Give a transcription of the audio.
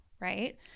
Right